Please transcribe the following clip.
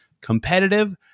competitive